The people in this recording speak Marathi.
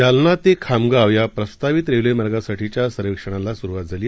जालना ते खामगाव या प्रस्तावित रेल्वे मार्गासाठीच्या सर्वेक्षणाला आजपासून सुरुवात झाली